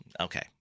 okay